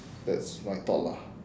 that's my thought lah